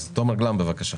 תומר גלאם, בבקשה.